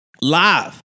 live